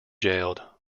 jailed